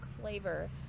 flavor